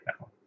now